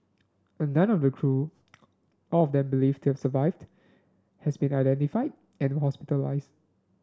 and none of the crew all of them believed to have survived has been identified and hospitalized